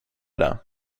det